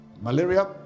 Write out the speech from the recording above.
Malaria